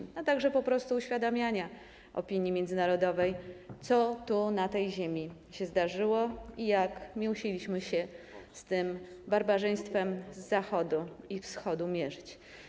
Będzie to także po prostu uświadamianie opinii międzynarodowej, co tu, na tej ziemi, się zdarzyło i jak musieliśmy się z tym barbarzyństwem z Zachodu i ze Wschodu mierzyć.